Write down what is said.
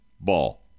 ball